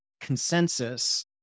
consensus